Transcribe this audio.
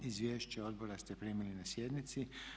Izvješća odbora ste primili na sjednici.